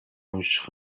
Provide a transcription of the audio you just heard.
унших